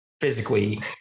physically